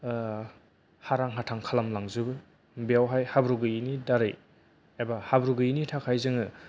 ओ हारां हाथां खालामलांजोबो बेवहाय हाब्रु गैयिनि दारै एबा हाब्रु गैयिनि थाखाय जोङो